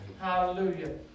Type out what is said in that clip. Hallelujah